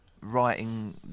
writing